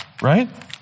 right